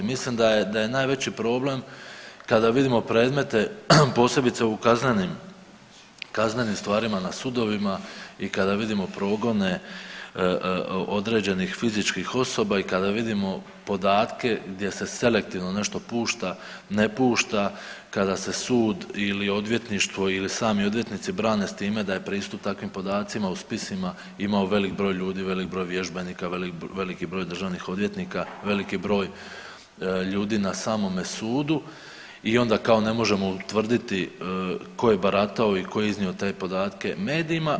Mislim da je, da je najveći problem kada vidimo predmete posebice u kaznenim, kaznenim stvarima na sudovima i kada vidimo progone određenih fizičkih osoba i kada vidimo podatke gdje se selektivno nešto pušta, ne pušta kada se sud ili odvjetništvo ili sami odvjetnici brane s time da je pristup takvim podacima u spisima imao velik broj ljudi, velik broj vježbenika, veliki broj državnih odvjetnika, veliki broj ljudi na samome sudu i onda kao ne možemo utvrditi tko je baratao i tko je iznio te podatke medijima.